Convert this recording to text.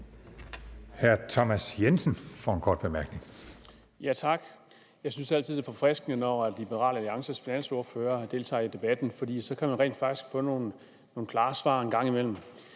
Hr. Thomas Jensen for en kort bemærkning. Kl. 15:45 Thomas Jensen (S): Tak. Jeg synes altid, at det er forfriskende, når Liberal Alliances finansordfører deltager i debatten, for så kan man rent faktisk få nogle klare svar en gang imellem.